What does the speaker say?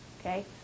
Okay